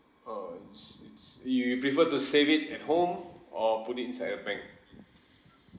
oh it's it's you you prefer to save it at home or put it inside a bank